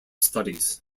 studies